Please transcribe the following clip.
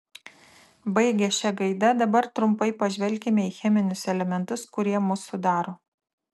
baigę šia gaida dabar trumpai pažvelkime į cheminius elementus kurie mus sudaro